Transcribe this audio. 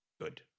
good